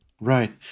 Right